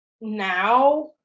now